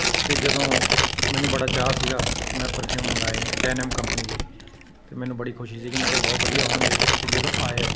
ਅਤੇ ਜਦੋਂ ਮੈਨੂੰ ਬੜਾ ਚਾਅ ਸੀਗਾ ਕਿ ਮੈਂ ਪਰਫਿਊਮ ਮੰਗਵਾਏ ਨੇ ਡੈਨਮ ਕੰਪਨੀ ਦੇ ਅਤੇ ਮੈਨੂੰ ਬੜੀ ਖੁਸ਼ੀ ਸੀਗੀ ਮੈਂ ਕਿਹਾ ਬਹੁਤ ਵਧੀਆ ਹੋਣਗੇ ਅਤੇ ਜਦੋਂ ਆਏ